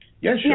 Yes